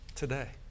today